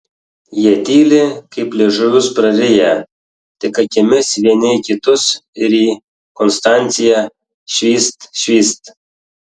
jie tyli kaip liežuvius prariję tik akimis vieni į kitus ir į konstanciją švyst švyst